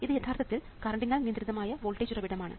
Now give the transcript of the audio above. ഇത് യഥാർത്ഥത്തിൽ കറണ്ടിനാൽ നിയന്ത്രിതമായ വോൾട്ടേജ് ഉറവിടമാണ്